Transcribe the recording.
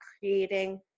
creating